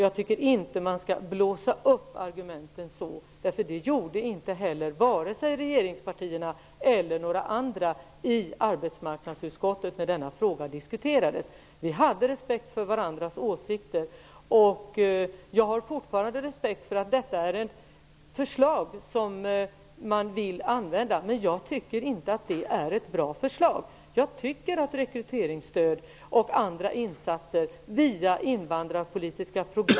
Jag tycker inte att man skall blåsa upp argumenten, därför att det gjorde inte heller vare sig regeringspartiernas representanter eller några andra i arbetsmarknadsutskottet när denna fråga diskuterades. Vi hade respekt för varandras åsikter. Jag respekterar fortfarande att detta är ett förslag som man vill tillämpa, men jag tycker inte att det är ett bra förslag.